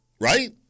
right